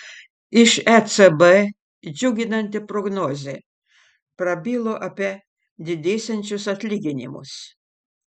iš ecb džiuginanti prognozė prabilo apie didėsiančius atlyginimus